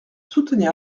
soutenir